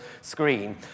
screen